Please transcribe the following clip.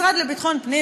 המשרד לביטחון הפנים,